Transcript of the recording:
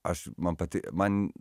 aš man pati man